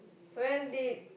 when did